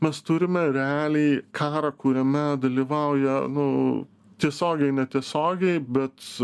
mes turime realiai karą kuriame dalyvauja nu tiesiogiai netiesiogiai bet